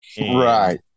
Right